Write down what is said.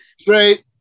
straight